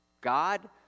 God